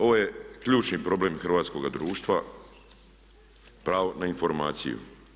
Ovo je ključni problem hrvatskoga društva pravo na informaciju.